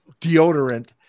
deodorant